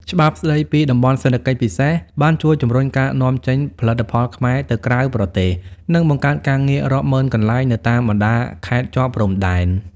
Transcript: ច្បាប់ស្ដីពីតំបន់សេដ្ឋកិច្ចពិសេស បានជួយជំរុញការនាំចេញផលិតផលខ្មែរទៅក្រៅប្រទេស និងបង្កើតការងាររាប់ម៉ឺនកន្លែងនៅតាមបណ្ដាខេត្តជាប់ព្រំដែន។